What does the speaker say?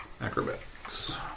Acrobatics